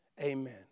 Amen